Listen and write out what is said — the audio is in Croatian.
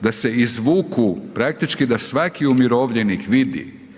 da se izvuku, praktički da svaki umirovljenik vidi